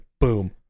boom